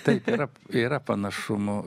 taip ir yra panašumo